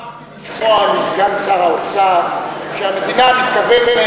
שמחתי לשמוע מסגן שר האוצר שהמדינה מתכוונת